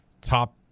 top